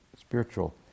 spiritual